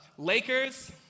Lakers